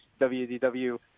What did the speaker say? WDW